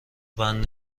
بند